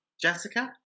Jessica